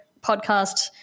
podcast